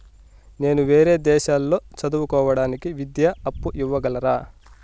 నేను వేరే దేశాల్లో చదువు కోవడానికి విద్యా అప్పు ఇవ్వగలరా?